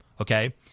okay